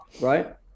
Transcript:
right